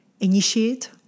initiate